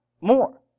more